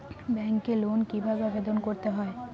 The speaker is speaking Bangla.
ব্যাংকে লোন কিভাবে আবেদন করতে হয়?